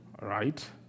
right